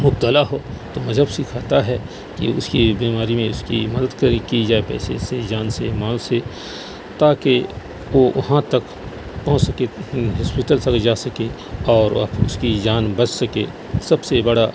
مبتلا ہو تو مذہب سکھاتا ہے کہ اس کی بیماری میں اس کی مدد کری کی جائے پیسے سے جان سے مال سے تاکہ وہ وہاں تک پہنچ سکے ہاسپیٹل تک جا سکے اور اس کی جان بچ سکے سب سے بڑا